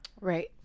Right